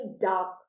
dark